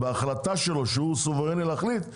בהחלטה שלו שהוא סוברני להחליט,